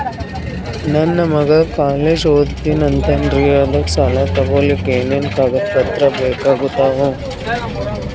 ನನ್ನ ಮಗ ಕಾಲೇಜ್ ಓದತಿನಿಂತಾನ್ರಿ ಅದಕ ಸಾಲಾ ತೊಗೊಲಿಕ ಎನೆನ ಕಾಗದ ಪತ್ರ ಬೇಕಾಗ್ತಾವು?